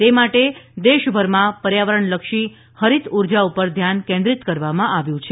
આ માટે દેશભરમાં પર્યાવરણલક્ષી હરિત ઉર્જા પર ધ્યાન કેન્દ્રિત કરવામાં આવ્યું છે